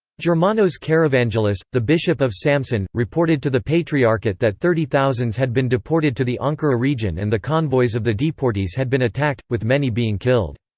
germanos karavangelis, the bishop of samsun, reported to the patriarchate that thirty thousands had been deported to the ankara region and the convoys of the deportees had been attacked, with many being killed.